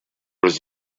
was